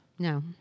No